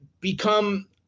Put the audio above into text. become –